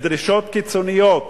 מדרישות קיצוניות,